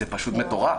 זה פשוט מטורף.